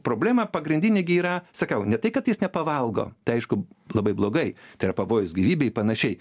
problemą pagrindinį girą sakau ne tai kad jis nepavalgo tai aišku labai blogai tai yra pavojus gyvybei panašiai